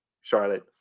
Charlotte